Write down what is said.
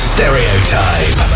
Stereotype